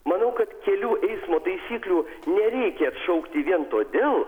manau kad kelių eismo taisyklių nereikia atšaukti vien todėl